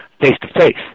face-to-face